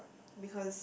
because